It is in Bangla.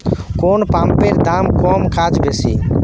কোন পাম্পের দাম কম কাজ বেশি?